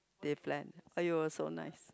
they plan !aiyo! so nice